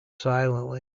silently